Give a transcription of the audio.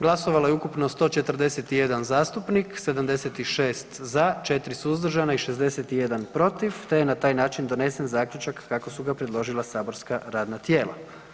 Glasovalo je ukupno 141 zastupnik, 76 za, 4 suzdržana i 61 protiv te je na taj način donesen zaključak kako su ga predložila saborska radna tijela.